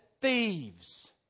thieves